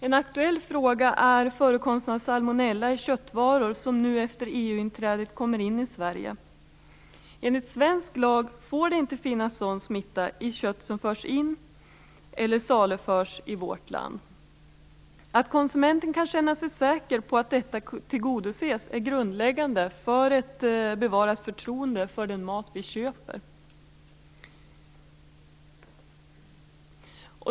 En aktuell fråga är förekomsten av salmonella i köttvaror som nu efter EU-inträdet kommer in i Sverige. Enligt svensk lag får det inte finnas sådan smitta i kött som förs in eller saluförs i vårt land. Att konsumenten kan känna sig säker på att detta tillgodoses är grundläggande för ett bevarat förtroende för den mat vi köper.